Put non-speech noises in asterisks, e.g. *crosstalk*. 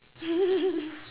*laughs*